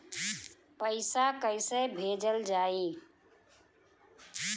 पैसा कैसे भेजल जाइ?